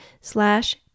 slash